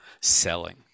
selling